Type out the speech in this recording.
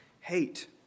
hate